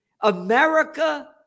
America